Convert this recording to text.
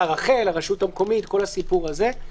רח"ל, הרשות המקומית, כל הסיפור הזה.